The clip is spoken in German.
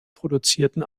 produzierten